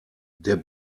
der